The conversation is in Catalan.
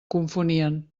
confonien